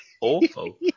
awful